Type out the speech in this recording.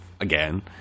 Again